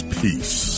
peace